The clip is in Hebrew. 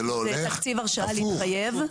זה תקציב הרשאה להתחייב.